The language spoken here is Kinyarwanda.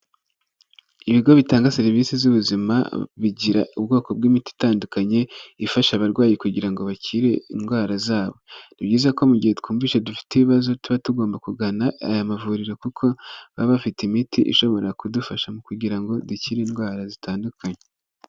Ibigo bitanga serivisi z'ubuzima bigira ubwoko bw'imiti itandukanye, ifasha abarwayi kugira ngo bakire indwara zabo. Ni byiza ko mu gihe twumvise dufite ibibazo, tuba tugomba kugana aya mavuriro kuko baba bafite imiti ishobora kudufasha mu kugira ngo dukire indwara zitandukanye.